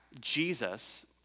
Jesus